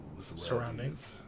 Surroundings